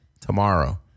Tomorrow